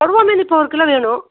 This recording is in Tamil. கொடுவா மீன் இப்போ ஒரு கிலோ வேணும்